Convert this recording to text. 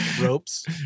ropes